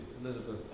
Elizabeth